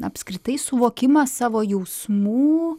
apskritai suvokimą savo jausmų